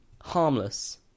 harmless